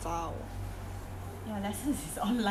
your lessons is online leh hello